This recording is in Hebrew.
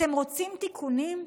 אתם רוצים תיקונים?